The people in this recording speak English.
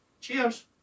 cheers